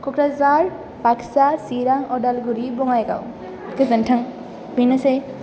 कक्राझार बाक्सा चिरां अदालगुरि बङाइगाव गोजोन्थों बेनोसै